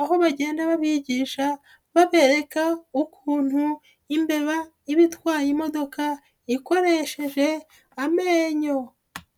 aho bagenda babigisha babereka ukuntu imbeba iba itwaye imodoka ikoresheje amenyo.